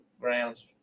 grounds